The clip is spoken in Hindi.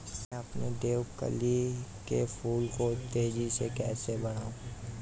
मैं अपने देवकली के फूल को तेजी से कैसे बढाऊं?